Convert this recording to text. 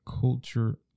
culture